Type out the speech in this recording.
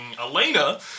Elena